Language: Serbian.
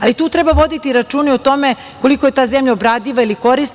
Ali, tu treba voditi računa i o tome koliko je ta zemlja obradiva ili korisna.